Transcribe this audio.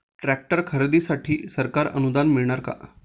Tractor खरेदीसाठी सरकारी अनुदान मिळणार का?